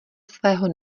svého